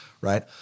right